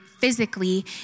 physically